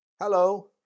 Hello